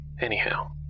Anyhow